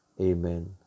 Amen